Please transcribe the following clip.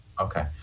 Okay